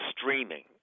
streaming